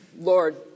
Lord